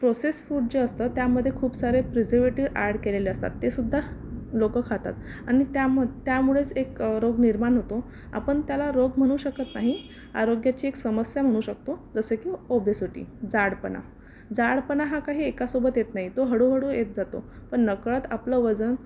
process food जे असतात त्यामध्ये खूप सारे प्रिझर्वेटिव्ह ऍड केलेले असतात ते सुद्धा लोक खातात आणि त्या मध त्यामुळेच एक रोग निर्माण होतो आपण त्याला रोग म्हणू शकत नाही आरोग्याची एक समस्या म्हणू शकतो जसे की ओबेसिटी जाडपणा जाडपणा हा काही एकासोबत येत नाही तो हळूहळू येत जातो पण नकळत आपलं वजन